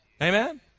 Amen